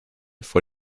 vor